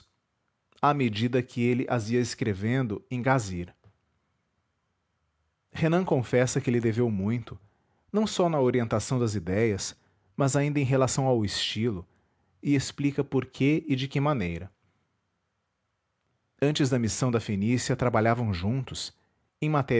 à medida que ele as ia escrevendo em gazhir renan confessa que lhe deveu muito não só na orientação das idéias mas ainda em relação ao estilo e explica por que e de que maneira antes da missão da fenícia trabalhavam juntos